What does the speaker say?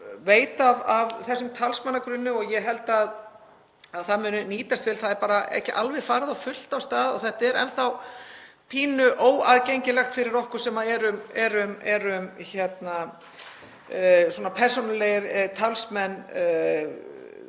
veit af þessum talsmannagrunni og ég held að hann muni nýtast vel. Það er bara ekki alveg farið á fullt af stað og þetta er enn þá pínu óaðgengilegt fyrir okkur sem erum persónulegir talsmenn